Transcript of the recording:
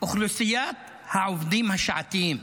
אוכלוסיית העובדים השעתיים,